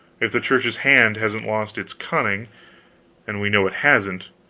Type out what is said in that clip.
if the church's hand hasn't lost its cunning and we know it hasn't.